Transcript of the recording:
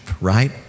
right